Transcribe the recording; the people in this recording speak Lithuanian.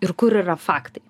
ir kur yra faktai